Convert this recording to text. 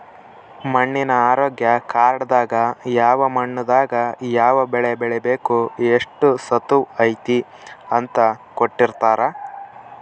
ಮಣ್ಣಿನ ಆರೋಗ್ಯ ಕಾರ್ಡ್ ದಾಗ ಯಾವ ಮಣ್ಣು ದಾಗ ಯಾವ ಬೆಳೆ ಬೆಳಿಬೆಕು ಎಷ್ಟು ಸತುವ್ ಐತಿ ಅಂತ ಕೋಟ್ಟಿರ್ತಾರಾ